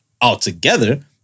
altogether